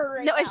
no